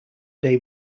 day